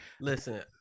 listen